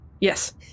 Yes